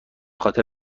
خاطر